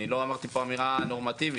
אני לא אמרתי פה אמירה נורמטיבית,